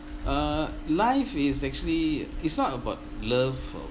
uh life is actually it's not about love or